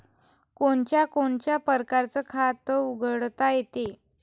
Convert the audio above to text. कोनच्या कोनच्या परकारं खात उघडता येते?